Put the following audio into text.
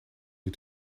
you